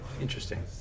Interesting